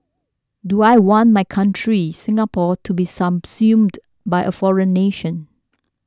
do I want my country Singapore to be subsumed by a foreign nation